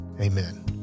amen